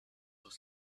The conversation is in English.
was